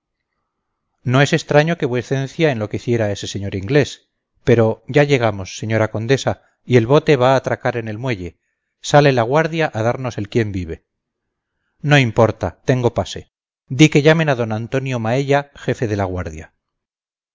no es extraño que vuecencia enloqueciera a ese señor inglés pero ya llegamos señora condesa y el bote va a atracar en el muelle sale la guardia a darnos el quién vive no importa tengo pase di que llamen a d antonio maella jefe de la guardia